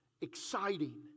exciting